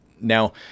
Now